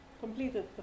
completed